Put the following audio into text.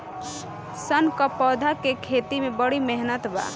सन क पौधा के खेती में बड़ी मेहनत बा